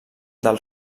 del